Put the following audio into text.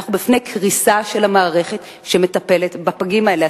אנחנו בפני קריסה של המערכת שמטפלת בפגים האלה.